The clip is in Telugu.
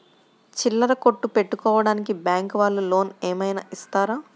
చిల్లర కొట్టు పెట్టుకోడానికి బ్యాంకు వాళ్ళు లోన్ ఏమైనా ఇస్తారా?